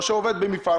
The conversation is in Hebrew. או שעובד במפעל.